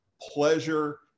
pleasure